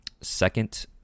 second